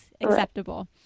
acceptable